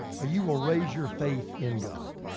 ah you will raise your faith in god.